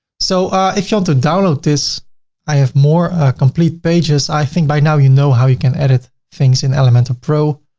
so if you want to download this i have more complete pages. i think by now, you know how you can edit things in elementor pro.